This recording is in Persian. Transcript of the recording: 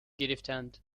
گرفتند